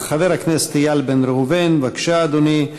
חבר הכנסת איל בן ראובן, בבקשה, אדוני.